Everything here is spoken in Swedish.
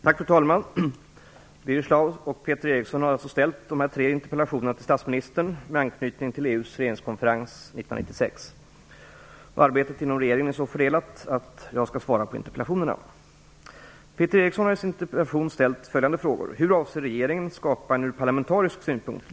Fru talman! Birger Schlaug och Peter Eriksson har ställt tre interpellationer till statsministern med anknytning till EU:s regeringskonferens 1996. Arbetet inom regeringen är så fördelat att det är jag som skall svara på interpellationerna.